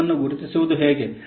ಅಪಾಯವನ್ನು ಗುರುತಿಸುವುದು ಹೇಗೆ